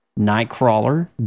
Nightcrawler